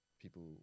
people